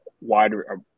wider